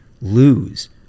lose